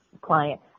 client